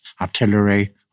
artillery